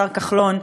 השר כחלון,